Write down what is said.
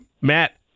Matt